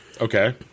okay